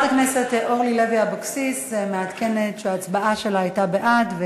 12 בעד, אין מתנגדים.